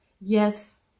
Yes